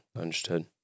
Understood